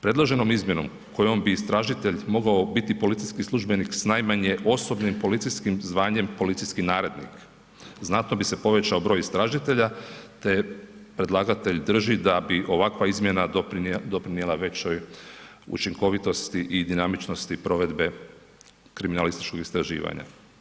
Predloženom izmjenom kojom bi istražitelj mogao biti policijski službenik sa najmanje osobnim policijskim zvanjem policijskih narednik znatno bi se povećao broj istražitelja te predlagatelj drži da bi ovakva izmjena doprinijela većoj učinkovitosti i dinamičnosti provedbe kriminalističkog istraživanja.